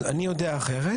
אז אני יודע אחרת.